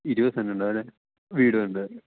ഇരുപത് സെന്റ് ഉണ്ടാകും അല്ലേ വീട് ഉണ്ട്